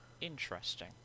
interesting